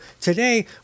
today